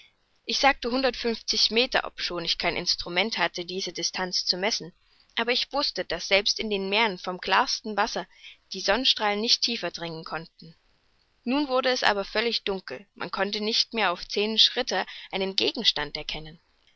ich sagte hundertundfünfzig meter obschon ich kein instrument hatte diese distanz zu messen aber ich wußte daß selbst in den meeren vom klarsten wasser die sonnenstrahlen nicht tiefer dringen konnten nun wurde es aber völlig dunkel man konnte nicht mehr auf zehn schritte einen gegenstand erkennen